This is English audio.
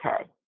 okay